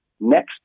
Next